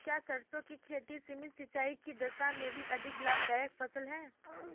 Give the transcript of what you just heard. क्या सरसों की खेती सीमित सिंचाई की दशा में भी अधिक लाभदायक फसल है?